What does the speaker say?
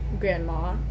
grandma